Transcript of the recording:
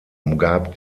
umgab